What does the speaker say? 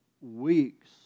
weeks